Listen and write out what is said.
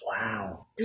Wow